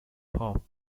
hop